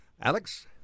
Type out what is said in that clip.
Alex